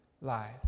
lies